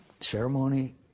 ceremony